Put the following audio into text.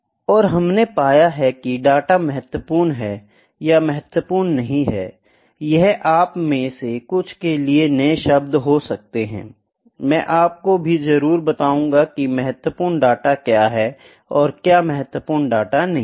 और हमने पाया है कि डेटा महत्वपूर्ण है या महत्वपूर्ण नहीं है यह आप में से कुछ के लिए नए शब्दों में हो सकता है मैं आपको भी जरूर बताऊंगा की महत्वपूर्ण डाटा क्या है और क्या महत्वपूर्ण डाटा नहीं है